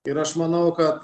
ir aš manau kad